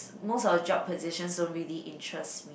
most of the job positions don't really interests me